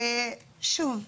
שוב,